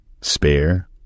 spare